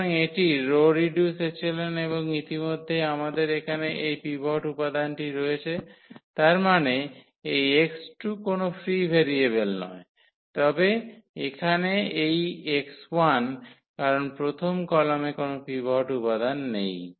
সুতরাং এটি row reduce echelon এবং ইতিমধ্যেই আমাদের এখানে এই পিভট উপাদানটি রয়েছে তার মানে এই 𝑥2 কোনও ফ্রি ভেরিয়েবল নয় তবে এখানে এই 𝑥1 কারণ প্রথম কলামে কোন পিভট উপাদান নেই